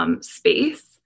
space